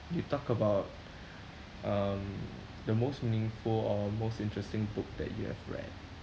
you talk about um the most meaningful or most interesting book that you have read